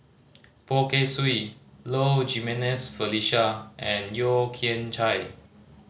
Poh Kay Swee Low Jimenez Felicia and Yeo Kian Chai